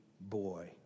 boy